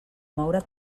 moure